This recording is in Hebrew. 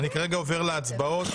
כרגע אני עובר להצבעות.